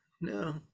no